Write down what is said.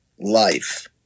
life